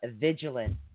vigilant